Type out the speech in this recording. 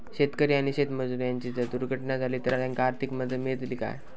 शेतकरी आणि शेतमजूर यांची जर दुर्घटना झाली तर त्यांका आर्थिक मदत मिळतली काय?